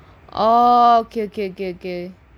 oh okay okay okay okay